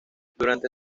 durante